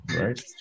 right